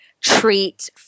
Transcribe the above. treat